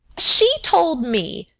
she told me,